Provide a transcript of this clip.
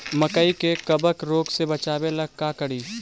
मकई के कबक रोग से बचाबे ला का करि?